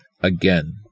Again